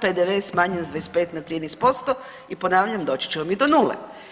PDV smanjen s 25 na 13% i ponavljam doći ćemo i do nule.